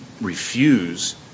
refuse